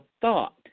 thought